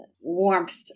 warmth